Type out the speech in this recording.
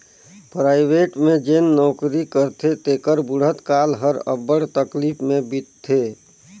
private में जेन नउकरी करथे तेकर बुढ़त काल हर अब्बड़ तकलीफ में बीतथे